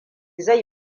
zai